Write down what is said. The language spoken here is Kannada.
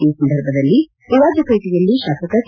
ಈ ಸಂದರ್ಭದಲ್ಲಿ ವಿರಾಜಪೇಟೆಯಲ್ಲಿ ಶಾಸಕ ಕೆ